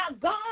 God